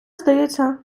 здається